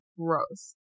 gross